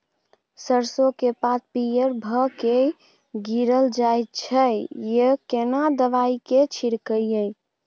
सरसो के पात पीयर भ के गीरल जाय छै यो केना दवाई के छिड़कीयई?